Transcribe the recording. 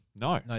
No